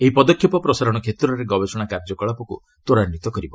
ଏହି ପଦକ୍ଷେପ ପ୍ରସାରଣ କ୍ଷେତ୍ରରେ ଗବେଷଣା କାର୍ଯ୍ୟକଳାପକୁ ତ୍ୱରାନ୍ୱିତ କରିବ